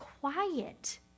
quiet